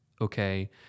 okay